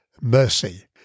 Mercy